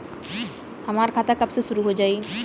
हमार खाता कब से शूरू हो जाई?